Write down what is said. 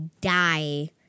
die